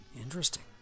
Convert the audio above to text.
Interesting